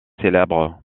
célèbre